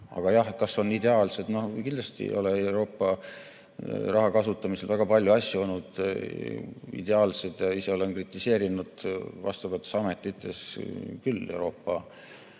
Aga jah, kas on ideaalsed? Kindlasti ei ole Euroopa raha kasutamisel väga palju asju olnud ideaalsed. Ise olen kritiseerinud vastavates ametites küll Euroopa